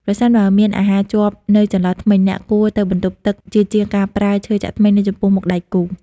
ប្រសិនបើមានអាហារជាប់នៅចន្លោះធ្មេញ អ្នកគួរទៅបន្ទប់ទឹកជាជាងការប្រើឈើចាក់ធ្មេញនៅចំពោះមុខដៃគូ។